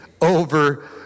over